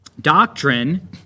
Doctrine